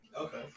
Okay